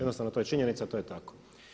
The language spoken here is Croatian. Jednostavno to je činjenica, to je tako.